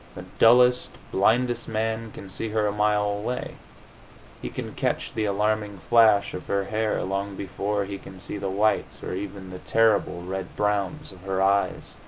dullest, blindest man can see her a mile away he can catch the alarming flash of her hair long before he can see the whites, or even the terrible red-browns, of her eyes.